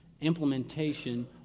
Implementation